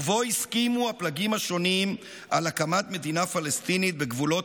שבו הסכימו הפלגים השונים על הקמת מדינה פלסטינית בגבולות